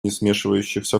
несмешивающихся